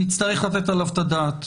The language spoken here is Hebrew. נצטרך לתת עליו את הדעת.